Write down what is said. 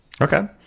Okay